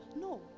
no